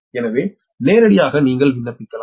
எனவே நேரடியாக நீங்கள் விண்ணப்பிக்கலாம்